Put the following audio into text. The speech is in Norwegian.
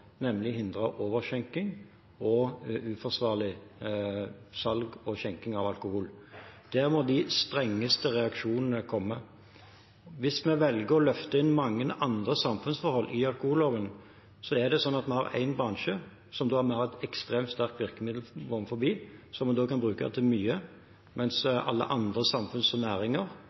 nemlig å hindre overskjenking og uforsvarlig salg og skjenking av alkohol. Der må de strengeste reaksjonene komme. Hvis vi velger å løfte inn mange andre samfunnsforhold i alkoholloven, er det sånn at vi har én bransje som vi har et ekstremt sterkt virkemiddel overfor, som vi kan bruke til mye, mens overfor alle andre samfunnets næringer har vi ikke muligheten til de samme reaksjoner, rett og